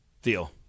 Deal